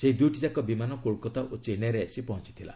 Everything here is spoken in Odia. ସେହି ଦୁଇଟିଯାକ ବିମାନ କୋଲକାତା ଓ ଚେନ୍ନାଇରେ ଆସି ପହଞ୍ଚିଥିଲା